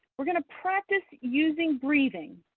we're gonna practice using breathing.